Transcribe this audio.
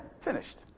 finished